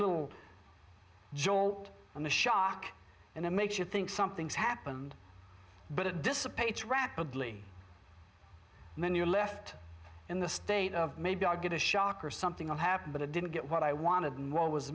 little jolt and a shock and it makes you think something's happened but it dissipates rapidly and then you're left in the state of maybe i'll get a shock or something will happen but i didn't get what i wanted and what was